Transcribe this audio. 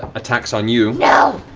attacks on you. yeah